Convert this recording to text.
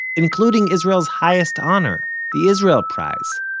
including israel's highest honor the israel prize.